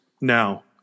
now